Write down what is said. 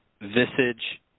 visage